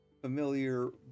familiar